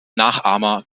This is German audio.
nachahmer